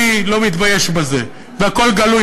אני לא מתבייש בזה, והכול גלוי.